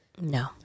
No